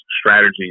strategies